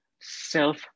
self